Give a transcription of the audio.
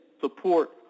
support